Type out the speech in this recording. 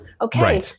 Okay